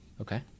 Okay